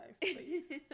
please